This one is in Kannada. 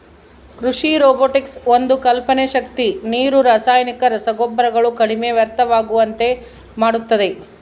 ಕೃಷಿ ರೊಬೊಟಿಕ್ಸ್ ಒಂದು ಕಲ್ಪನೆ ಶಕ್ತಿ ನೀರು ರಾಸಾಯನಿಕ ರಸಗೊಬ್ಬರಗಳು ಕಡಿಮೆ ವ್ಯರ್ಥವಾಗುವಂತೆ ಮಾಡುತ್ತದೆ